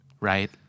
Right